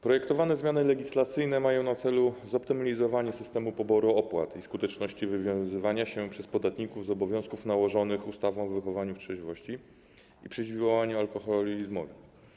Projektowane zmiany legislacyjne mają na celu zoptymalizowanie systemu poboru opłat i podniesienie skuteczności wywiązywania się podatników z obowiązków nałożonych ustawą o wychowaniu w trzeźwości i przeciwdziałaniu alkoholizmowi.